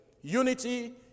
Unity